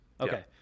Okay